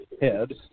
head